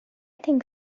think